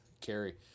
carry